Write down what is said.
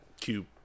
Cube